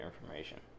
information